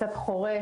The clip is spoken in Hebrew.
קצת חורה,